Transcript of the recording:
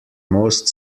most